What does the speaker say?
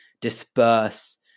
disperse